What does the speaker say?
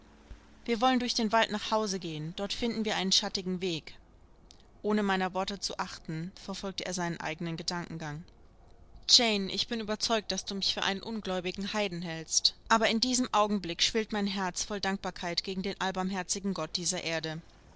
wir wollen durch den wald nach hause gehen dort finden wir einen schattigen weg ohne meiner worte zu achten verfolgte er seinen eigenen gedankengang jane ich bin überzeugt daß du mich für einen ungläubigen heiden hältst aber in diesem augenblick schwillt mein herz voll dankbarkeit gegen den allbarmherzigen gott dieser erde